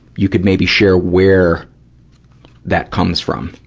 you could maybe share where that comes from.